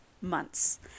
months